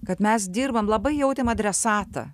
kad mes dirbam labai jautėm adresatą